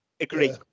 Agree